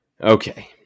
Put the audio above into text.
Okay